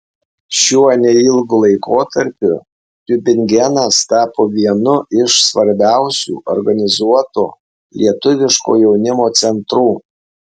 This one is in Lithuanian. šiuo neilgu laikotarpiu tiubingenas tapo vienu iš svarbiausių organizuoto lietuviško jaunimo centrų